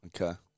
Okay